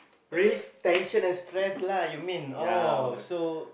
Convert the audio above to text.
raise tension and stress lah you mean oh so